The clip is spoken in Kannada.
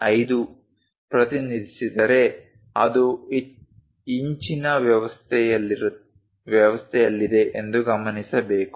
5 ಪ್ರತಿನಿಧಿಸಿದರೆ ಅದು ಇಂಚಿನ ವ್ಯವಸ್ಥೆಯಲ್ಲಿದೆ ಎಂದು ಗಮನಿಸಬೇಕು